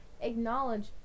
Acknowledge